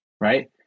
right